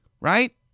right